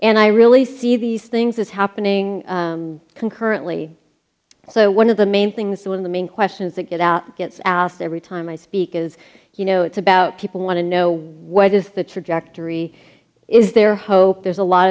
and i really see these things as happening concurrently so one of the main things some of the main questions that get out gets asked every time i speak is you know it's about people want to know what is the trajectory is there hope there's a lot